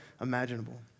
imaginable